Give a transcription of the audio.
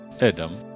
adam